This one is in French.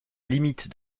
limite